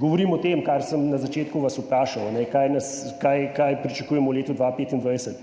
govorim o tem, kar sem vas na začetku vprašal, kaj pričakujemo v letu 2025.